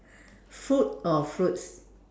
food or fruit